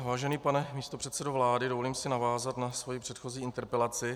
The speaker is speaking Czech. Vážený pane místopředsedo vlády, dovolím si navázat na svoji předchozí interpelaci.